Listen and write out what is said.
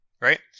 right